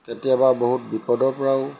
কেতিয়াবা বহুত বিপদৰ পৰাও